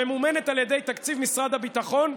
הממומנת על ידי תקציב משרד הביטחון,